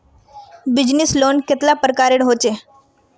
Business loan कतेला प्रकारेर होचे?